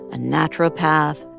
a naturopath,